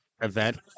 event